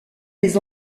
les